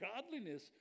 godliness